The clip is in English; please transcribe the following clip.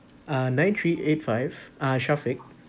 uh nine three eight five uh Syafiq